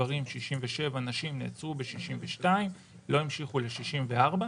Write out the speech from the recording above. גברים בגיל ונשים נעצרו בגיל 62 ולא המשיכו ל-64.